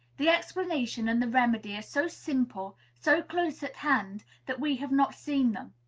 the explanation and the remedy are so simple, so close at hand, that we have not seen them.